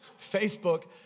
Facebook